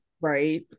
right